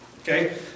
Okay